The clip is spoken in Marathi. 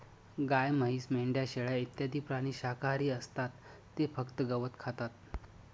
गाय, म्हैस, मेंढ्या, शेळ्या इत्यादी प्राणी शाकाहारी असतात ते फक्त गवत खातात